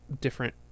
different